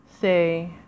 say